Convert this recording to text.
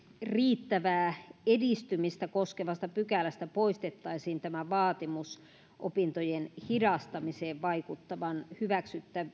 riittävää edistymistä koskevasta pykälästä poistettaisiin vaatimus opintojen hidastumiseen vaikuttavan hyväksyttävän